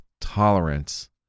tolerance